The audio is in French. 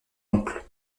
oncle